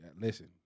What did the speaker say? Listen